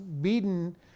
beaten